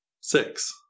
six